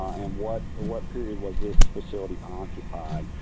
and what what period was this facility occupied?